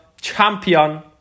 champion